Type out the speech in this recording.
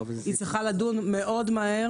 היא צריכה לדון מאוד מהר